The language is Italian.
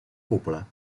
cupola